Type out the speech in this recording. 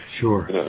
Sure